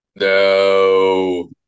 No